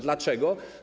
Dlaczego?